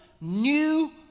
new